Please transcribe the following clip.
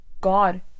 God